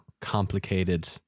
complicated